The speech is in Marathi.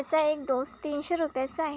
त्याचा एक डोस तीनशे रुपयाचा आहे